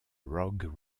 rogue